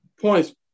Points